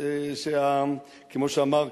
כמו שאמר,